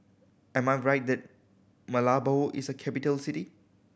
am I right that Malabo is a capital city